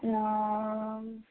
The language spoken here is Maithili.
हँ